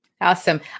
Awesome